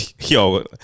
yo